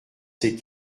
ses